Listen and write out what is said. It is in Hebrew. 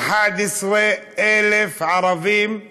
אדוני היושב-ראש, 11,000 ערבים בדואים,